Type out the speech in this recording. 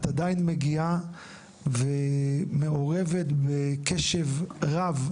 את עדיין מגיעה ומעורבת בקשב רב.